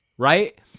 Right